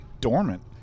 dormant